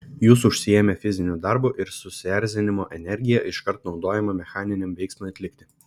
jūs užsiėmę fiziniu darbu ir susierzinimo energija iškart naudojama mechaniniam veiksmui atlikti